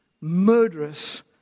murderous